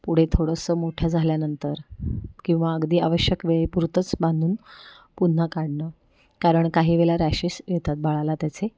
पुढे थोडंसं मोठं झाल्यानंतर किंवा अगदी आवश्यक वेळे पुरतंच बांधून पुन्हा काढणं कारण काही वेळेला रॅशेस येतात बाळाला त्याचे